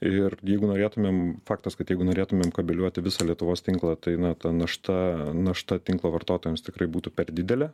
ir jeigu norėtumėm faktas kad jeigu norėtumėm kabliuoti visą lietuvos tinklą tai na ta našta našta tinklo vartotojams tikrai būtų per didelė